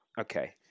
Okay